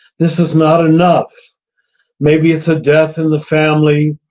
this is not enough maybe it's a death in the family.